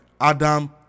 Adam